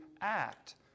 act